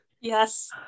yes